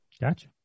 Gotcha